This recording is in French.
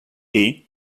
haies